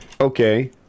okay